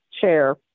chair